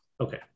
okay